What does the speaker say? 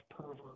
pervert